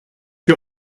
you